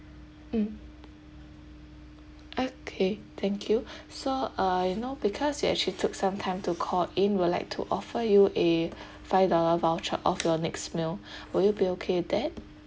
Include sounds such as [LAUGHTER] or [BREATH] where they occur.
mm okay thank you [BREATH] so uh you know because you actually took some time to call in would like to offer you a five dollar voucher off your next meal [BREATH] will you be okay with that